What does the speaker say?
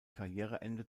karriereende